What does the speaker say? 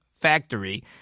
factory